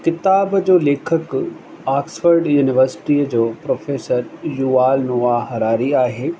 किताब जो लेखक ऑक्सफर्ड यूनिवर्सिटीअ जो प्रोफेसर युवाल नोआ हरारी आहे